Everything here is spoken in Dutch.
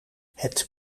het